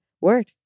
word